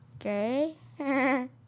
Okay